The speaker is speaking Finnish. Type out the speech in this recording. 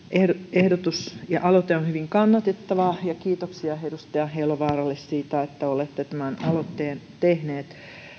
ehdotus ja aloite on hyvin kannatettava kiitoksia edustaja elovaaralle siitä että olette tämän aloitteen tehnyt